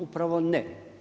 Upravo ne.